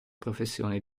professione